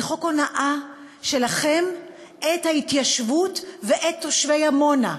זה חוק הונאה שלכם את ההתיישבות ואת תושבי עמונה.